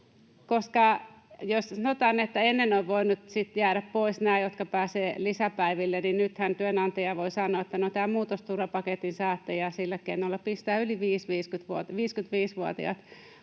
että ennen ovat voineet jäädä pois nämä, jotka pääsevät lisäpäiville, niin nythän työnantaja voi sanoa, että no, on tämä muutosturvapaketin sääntö ja voi sillä keinolla pistää yli 55-vuotiaat